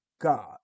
God